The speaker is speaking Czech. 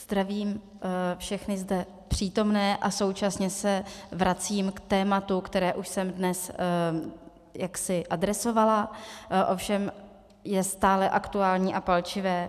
Zdravím všechny zde přítomné a současně se vracím k tématu, které už jsem dnes jaksi adresovala, ovšem je stále aktuální a palčivé.